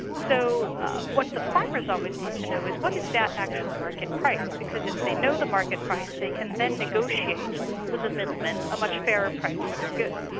so what the farmers always want to know is what is that actual market price? because if they know the market price, they can then negotiate with the middlemen, a much fairer price for their goods.